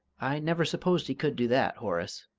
i never supposed he could do that, horace.